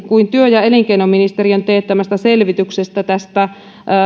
kuin työ ja elinkeinoministeriön teettämästä selvityksestä